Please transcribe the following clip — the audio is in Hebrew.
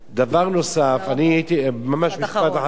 דבר נוסף, משפט אחרון.